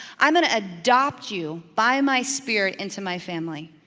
i'm gonna adopt you by my spirit into my family,